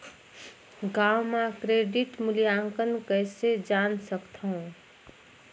गांव म क्रेडिट मूल्यांकन कइसे जान सकथव?